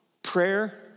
Prayer